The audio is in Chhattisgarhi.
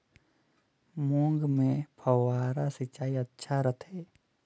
मूंग मे फव्वारा सिंचाई अच्छा रथे?